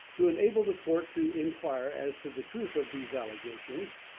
to enable the court to inquire as to the truth of these allegations,